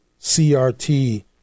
CRT